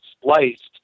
spliced